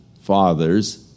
fathers